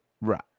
Right